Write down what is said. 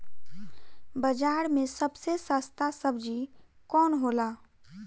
बाजार मे सबसे सस्ता सबजी कौन होला?